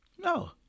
No